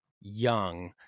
young